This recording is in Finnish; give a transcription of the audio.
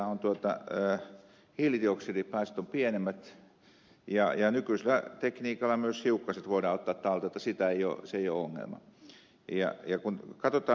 sitten siinä ovat hiilidioksidipäästöt pienemmät ja nykyisellä tekniikalla myös hiukkaset voidaan ottaa talteen jotta se ei ole ongelma